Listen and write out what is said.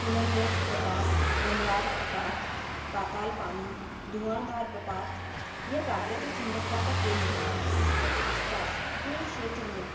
सुलनगर प्रपात भनवार प्रपात पाताल पानी धुआँधार प्रपात ये प्राकृतिक सुंदरता का केंद्र है इसके आस पास के क्षेत्र में